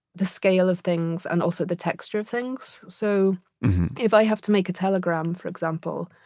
the scale of things and also the texture of things. so if i have to make a telegram, for example,